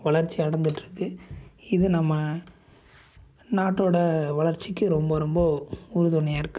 வளர்ச்சி அடைந்துட்டு இருக்குது இதை நம்ம நாட்டோடய வளர்ச்சிக்கு ரொம்ப ரொம்ப உறுதுணையாக இருக்குது